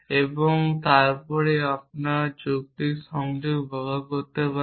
এবং তারপর আপনি যৌক্তিক সংযোগ ব্যবহার করতে পারেন